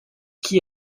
qui